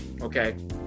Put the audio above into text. okay